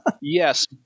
Yes